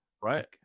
Right